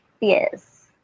yes